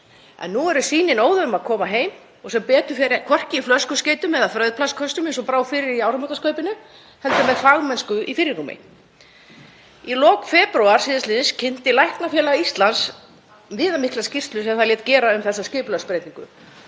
Nú eru sýnin óðum að koma heim og sem betur fer hvorki í flöskuskeytum eða frauðplastkössum, eins og brá fyrir í áramótaskaupinu, heldur með fagmennsku í fyrirrúmi. Í lok febrúar síðastliðins kynnti Læknafélag Íslands viðamikla skýrslu sem það lét gera um þessa skipulagsbreytingu.